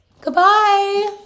Goodbye